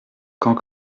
quand